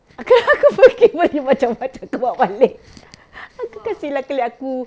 aku pergi beli macam-macam aku bawa balik aku kasi lah colleague aku